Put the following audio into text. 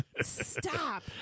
Stop